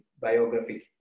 biography